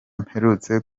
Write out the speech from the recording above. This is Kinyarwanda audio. mperutse